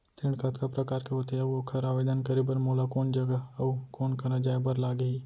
ऋण कतका प्रकार के होथे अऊ ओखर आवेदन करे बर मोला कोन जगह अऊ कोन करा जाए बर लागही?